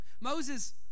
Moses